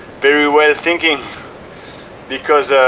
very well thinking because